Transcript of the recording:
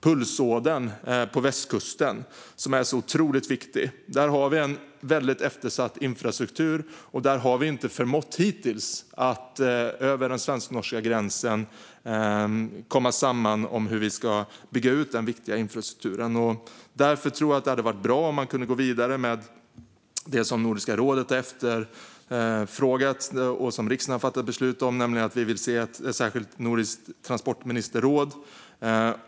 Det är en otroligt viktig pulsåder på västkusten där vi har en väldigt eftersatt infrastruktur. Hittills har vi inte förmått komma överens om hur vi ska bygga ut den viktiga infrastrukturen över den svensk-norska gränsen. Därför tror jag att det vore bra om man kunde gå vidare med det som Nordiska rådet har efterfrågat och som riksdagen har fattat beslut om, nämligen ett särskilt nordiskt transportministerråd.